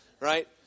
Right